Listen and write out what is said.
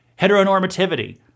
heteronormativity